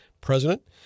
president